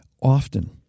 often